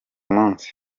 munsi